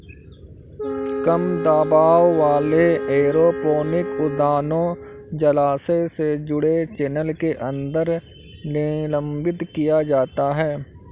कम दबाव वाले एरोपोनिक उद्यानों जलाशय से जुड़े चैनल के अंदर निलंबित किया जाता है